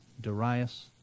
Darius